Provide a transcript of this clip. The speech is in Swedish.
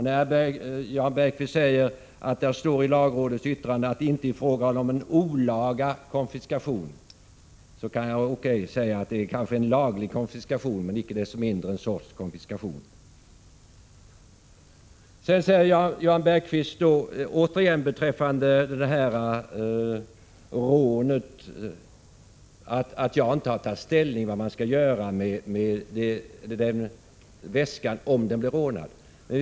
När Jan Bergqvist säger att det står i lagrådets yttrande att det inte är fråga om en olaga konfiskation kan jag säga att det kanske är en laglig konfiskation men icke desto mindre en sorts konfiskation. Beträffande detta rån säger Jan Bergqvist att jag inte har tagit ställning till vad man skall göra med den stulna väskan. Vi vill ju hindra att den skall bli stulen.